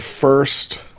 first